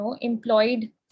employed